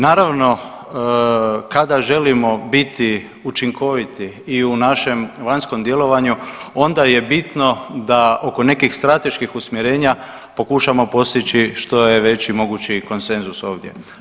Naravno kada želimo biti učinkoviti i u našem vanjskom djelovanju onda je bitno da oko nekih strateških usmjerenja pokušamo postići što je veći mogući konsenzus ovdje.